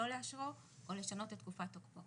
לא לאשרו או לשנות את תקופת תוקפו,